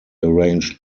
arranged